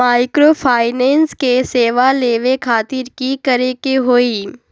Microfinance के सेवा लेबे खातीर की करे के होई?